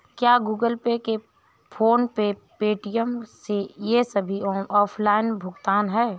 क्या Google Pay PhonePe Paytm ये सभी ऑनलाइन भुगतान ऐप हैं?